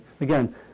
Again